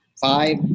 Five